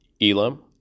Elam